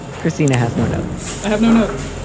christina has no notes. i have no notes.